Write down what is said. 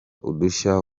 udushya